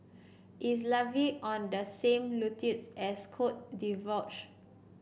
is Latvia on the same as Cote d'Ivoire